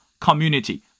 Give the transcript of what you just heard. community